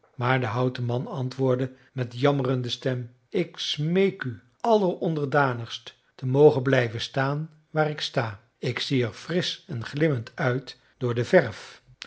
maar de houten man antwoordde met jammerende stem ik smeek u alleronderdanigst te mogen blijven staan waar ik sta ik zie er frisch en glimmend uit door de verf